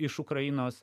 iš ukrainos